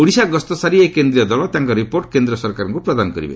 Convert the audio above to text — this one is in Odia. ଓଡ଼ିଶା ଗସ୍ତ ସାରି ଏହି କେନ୍ଦ୍ରୀୟ ଦଳ ତାଙ୍କର ରିପୋର୍ଟ କେନ୍ଦ୍ର ସରକାରଙ୍କୁ ପ୍ରଦାନ କରିବ